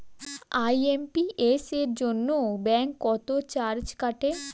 IMPS এর জন্য bank কত চার্জ কাটে?